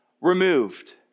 removed